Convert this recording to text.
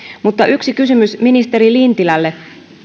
mutta yksi kysymys ministeri lintilälle